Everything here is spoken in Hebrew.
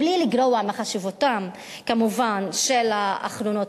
בלי לגרוע מחשיבותם כמובן של האחרונים,